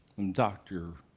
doctor